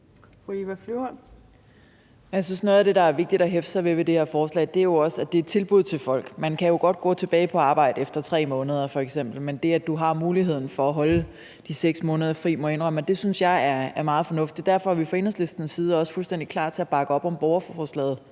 Jeg synes, at noget af det, der er vigtigt at hæfte sig ved ved det her forslag, er, at det jo er et tilbud til folk. Man kan jo godt gå tilbage på arbejde efter f.eks. 3 måneder. Men det, at du har muligheden for at holde de 6 måneder fri, må jeg indrømme at jeg synes er meget fornuftigt. Derfor er vi fra Enhedslistens side også fuldstændig klar til at bakke op om borgerforslaget,